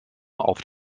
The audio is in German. auf